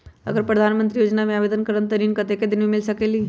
अगर प्रधानमंत्री योजना में आवेदन करम त ऋण कतेक दिन मे मिल सकेली?